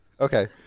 okay